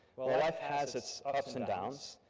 while life has its ups and downs,